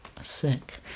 sick